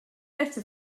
better